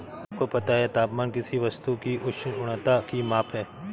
क्या आपको पता है तापमान किसी वस्तु की उष्णता की माप है?